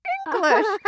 English